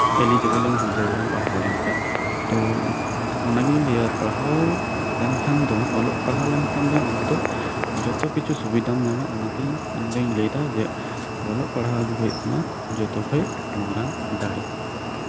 eligible ᱮᱢ ᱦᱩᱭ ᱫᱟᱲᱮᱭᱟᱜᱼᱟ ᱯᱟᱲᱦᱟᱣ ᱞᱮᱱᱠᱷᱟᱱ ᱛᱚ ᱚᱱᱟ ᱜᱤᱧ ᱞᱟᱹᱭᱟ ᱯᱟᱲᱦᱟᱣ ᱞᱮᱱᱠᱷᱟᱱ ᱫᱚᱢ ᱟᱢ ᱫᱚ ᱡᱚᱛᱚ ᱠᱤᱪᱷᱩ ᱥᱩᱵᱤᱫᱷᱟᱢ ᱧᱟᱢᱟ ᱚᱱᱟᱛᱮ ᱤᱧ ᱫᱚᱧ ᱞᱟᱹᱭ ᱮᱫᱟ ᱚᱞᱚᱜ ᱯᱟᱲᱦᱟᱜ ᱦᱩᱭᱩᱜ ᱠᱟᱱᱟ ᱡᱚᱛᱚ ᱠᱷᱚᱱ ᱢᱟᱨᱟᱝ ᱫᱟᱲᱮᱹ